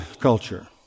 culture